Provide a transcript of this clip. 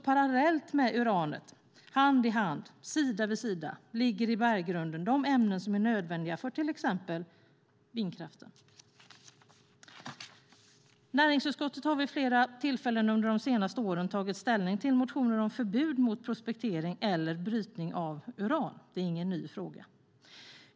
Parallellt med uranet, hand i hand, sida vid sida, ligger i berggrunden alltså de ämnen som är nödvändiga för till exempel vindkraften. Näringsutskottet har vid flera tillfällen under de senaste åren tagit ställning till motioner om förbud mot prospektering eller brytning av uran. Det är ingen ny fråga.